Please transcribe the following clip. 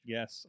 Yes